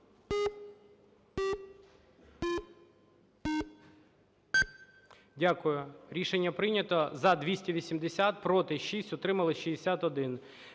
Дякую. Рішення прийнято. За – 280, проти – 6, утримались